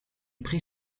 prit